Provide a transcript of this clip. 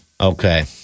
Okay